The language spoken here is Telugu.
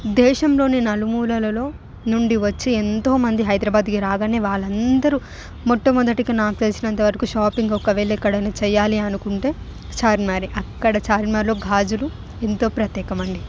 దేశంలోని నలుమూలలలో నుండి వచ్చి ఎంతో మంది హైదరాబాద్కి రాగానే వాళ్ళందరూ మొట్టమొదటి నాకు తెలిసినంత వరకు షాపింగ్ ఒక వేళ ఎక్కడైనా చేయాలి అనుకుంటే చార్మినారే అక్కడ చార్మినార్లో గాజులు ఎంతో ప్రత్యేకమండి